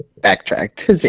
backtracked